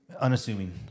unassuming